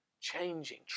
changing